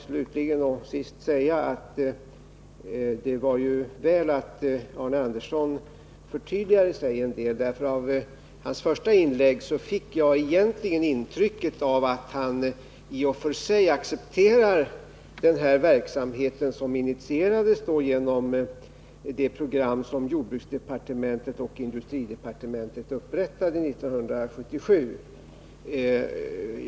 Slutligen får jag säga att det var väl att Arne Andersson förtydligade sig en del, för av hans första inlägg fick jag intrycket att han i och för sig accepterar den här verksamheten, som initierades genom det program som jordbruksdepartementet och industridepartementet upprättade 1977.